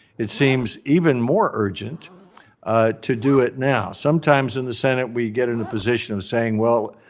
it seems even more urgent to do it now. sometimes in the senate, we get in a position of saying, well,